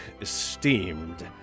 esteemed